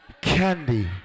candy